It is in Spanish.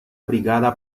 brigada